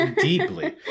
Deeply